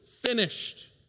finished